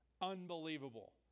Unbelievable